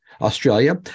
Australia